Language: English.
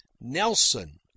Nelson